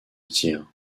tir